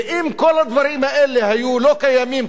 ואם כל הדברים האלה לא היו קיימים,